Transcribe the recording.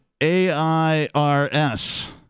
AIRS